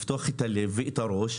לפתוח את הלב ואת הראש,